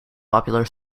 popular